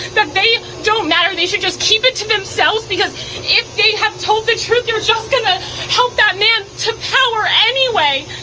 that they don't matter, they should just keep it to themselves, because if they have told the truth, you're just going to help that man to power, anyway.